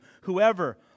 Whoever